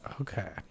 Okay